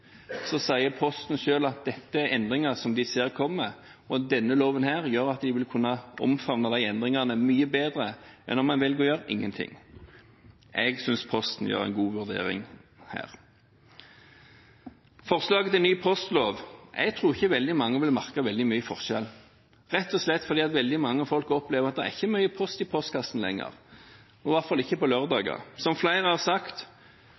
sier Posten selv at dette er endringer de ser kommer. Denne loven gjør at de vil kunne omfavne endringene mye bedre enn om en velger å gjøre ingenting. Jeg synes Posten her gjør en god vurdering. Når det gjelder forslaget til ny postlov, tror jeg ikke mange vil merke veldig mye forskjell, rett og slett fordi mange opplever at det ikke er mye post i postkassen lenger – i hvert fall ikke på lørdager. Som flere har sagt: